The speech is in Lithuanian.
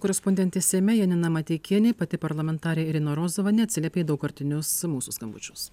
korespondentė seime janina mateikienė pati parlamentarė irina rozova neatsiliepė į daugkartinius mūsų skambučius